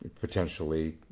potentially